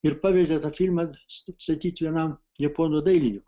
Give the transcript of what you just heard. ir pavedė tą filmą statyt vienam japonų dailininkui